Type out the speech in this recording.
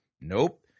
Nope